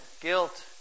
guilt